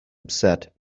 upset